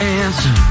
answer